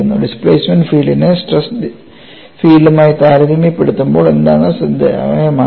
displacement ഫീൽഡിനെ stress ഫീൽഡുമായി താരതമ്യപ്പെടുത്തുമ്പോൾ എന്താണ് ശ്രദ്ധേയമായത്